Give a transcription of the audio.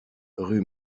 rue